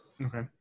Okay